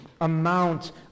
amount